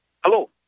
Hello